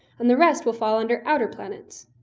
and the rest will fall under outer planets.